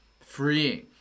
freeing